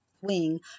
wing